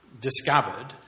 discovered